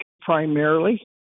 primarily